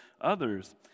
others